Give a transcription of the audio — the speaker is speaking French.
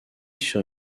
sur